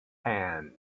hand